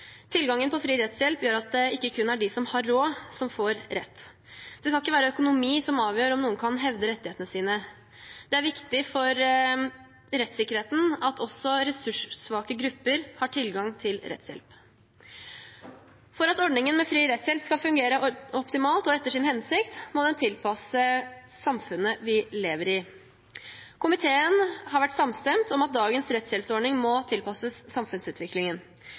Tilgangen på fri rettshjelp gjør at det ikke kun er de som har råd, som får rett. Det skal ikke være økonomi som avgjør om noen kan hevde rettighetene sine. Det er viktig for rettssikkerheten at også ressurssvake grupper har tilgang til rettshjelp. For at ordningen med fri rettshjelp skal fungere optimalt og etter sin hensikt, må den tilpasses samfunnet vi lever i. Komiteen har vært samstemt om at dagens rettshjelpsordning må tilpasses samfunnsutviklingen.